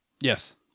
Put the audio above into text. Yes